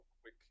quick